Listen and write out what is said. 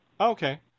Okay